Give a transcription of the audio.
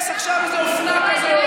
יש עכשיו איזו אופנה כזאת,